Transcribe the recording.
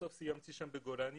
בסוף סיימתי בגולני,